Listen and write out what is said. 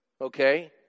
Okay